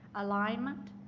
alignment,